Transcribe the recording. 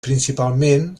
principalment